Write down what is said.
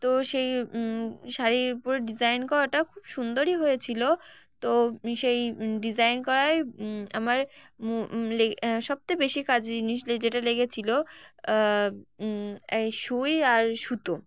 তো সেই শাড়ির উপরে ডিজাইন করাটা খুব সুন্দরই হয়েছিলো তো সেই ডিজাইন করাই আমার লেগে সবচেয়ে বেশি কাজ জিনিস যেটা লেগেছিলো এই সূচ আর সুতো